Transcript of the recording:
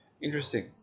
interesting